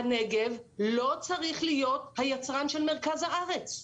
אבל הנגב לא צריך להיות היצרן של מרכז הארץ.